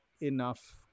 enough